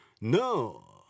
No